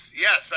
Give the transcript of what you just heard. Yes